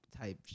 type